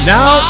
Now